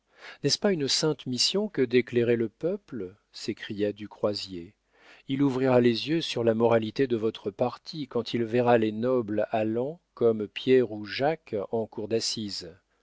n'est-ce pas une sainte mission que d'éclairer le peuple s'écria du croisier il ouvrira les yeux sur la moralité de votre parti quand il verra les nobles allant comme pierre ou jacques en cour d'assises